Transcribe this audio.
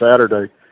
Saturday